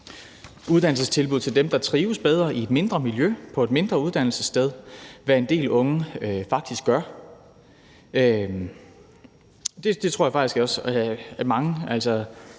uddannelsestilbud til dem, der trives bedre i et mindre miljø, på et mindre uddannelsessted, hvad en del unge faktisk gør. Jeg tror faktisk også, at mange